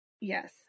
Yes